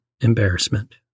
embarrassment